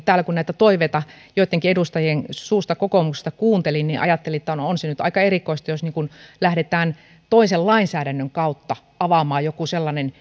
täällä kun näitä toiveita joittenkin edustajien suusta kokoomuksesta kuuntelin niin ajattelin että on se nyt aika erikoista jos lähdetään toisen lainsäädännön kautta avaamaan joku sellainen